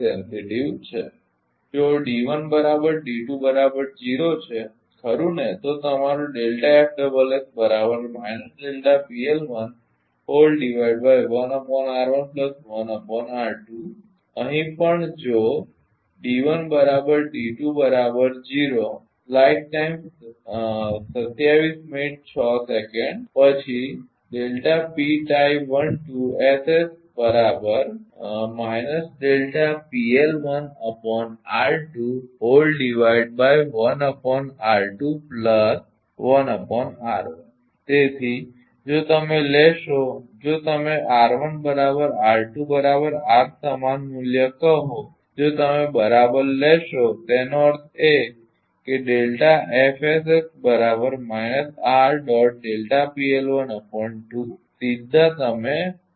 જો છે ખરુ ને તો તમારો અહીં પણ જો પછી તેથી જો તમે લેશો જો તમે સમાન મૂલ્ય કહો તો જો તમે બરાબર લેશો તેનો અર્થ એ કે સીધા તમે લો